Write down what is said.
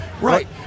Right